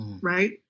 Right